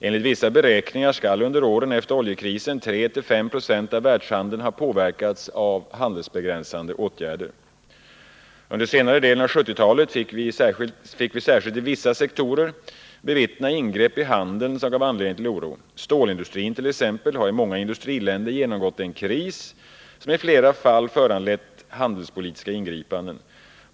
Enligt vissa beräkningar skall under åren efter oljekrisen 3-5 26 av världshandeln ha påverkats av handelsbegränsande åtgärder. Under senare delen av 1970-talet fick vi särskilt i vissa sektorer bevittna ingrepp i handeln som gav anledning till oro. Stålindustrin t.ex. har i många industriländer genomgått en kris som i flera fall föranlett handelspolitiska ingripanden.